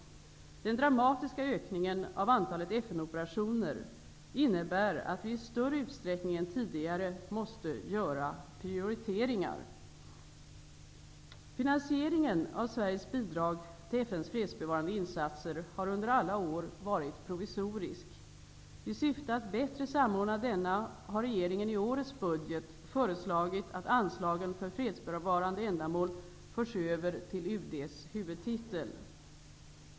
Den dramatiska ökningen av antalet FN-operationer innebär att vi i större utsträckning än tidigare måste göra prioriteringar. Finansieringen av Sveriges bidrag till FN:s fredsbevarande insatser har under alla år varit provisorisk. I syfte att bättre samordna denna har regeringen i årets budget föreslagit att anslagen för fredsbevarande ändamål förs över till UD:s huvudtitel.